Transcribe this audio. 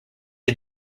est